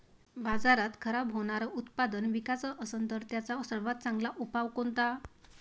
बाजारात खराब होनारं उत्पादन विकाच असन तर त्याचा सर्वात चांगला उपाव कोनता?